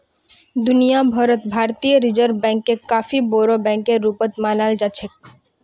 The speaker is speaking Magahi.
दुनिया भर त भारतीय रिजर्ब बैंकक काफी बोरो बैकेर रूपत मानाल जा छेक